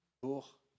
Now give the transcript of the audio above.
pour